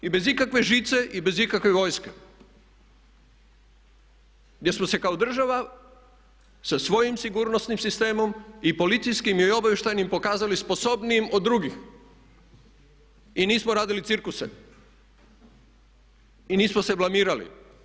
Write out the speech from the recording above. I bez ikakve žice i bez ikakve vojske gdje smo se kao država sa svojim sigurnosnim sistemom i policijskim i obavještajnim pokazali sposobnijim od drugih i nismo radili cirkuse i nismo se blamirali.